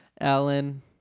alan